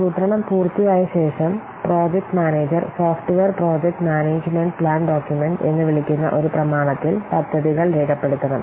ആസൂത്രണം പൂർത്തിയായ ശേഷം project manager software project management plan document എന്ന് വിളിക്കുന്ന ഒരു പ്രമാണത്തിൽ പദ്ധതികൾ രേഖപ്പെടുത്തണം